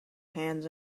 hands